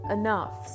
enough